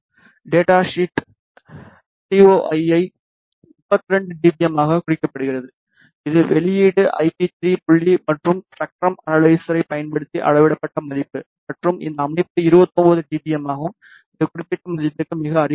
data sheet T O I ஐ 32 d B m ஆகக் குறிப்பிடுகிறது இது வெளியீடு ஐ பி3 புள்ளி மற்றும் இந்த ஸ்பெக்ட்ரம் அனலைசரை பயன்படுத்தி அளவிடப்பட்ட மதிப்பு மற்றும் இந்த அமைப்பு 29 டி பி எம் ஆகும் இது குறிப்பிட்ட மதிப்புக்கு மிக அருகில் உள்ளது